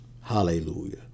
Hallelujah